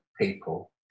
people